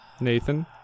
Nathan